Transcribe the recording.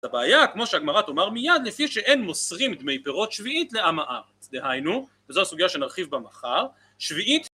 הבעיה כמו שהגמרא תאמר מיד, "לפי שאין מוסרים דמי פירות שביעית לעם הארץ", דהיינו, וזו הסוגייה שנרחיב בה מחר, שביעית